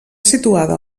situada